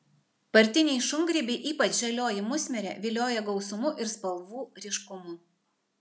partiniai šungrybiai ypač žalioji musmirė vilioja gausumu ir spalvų ryškumu